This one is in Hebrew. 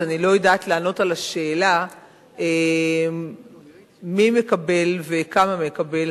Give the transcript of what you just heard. אז אני לא יודעת לענות על השאלה מי מקבל וכמה מקבל,